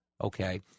Okay